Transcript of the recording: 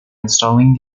installing